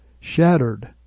Shattered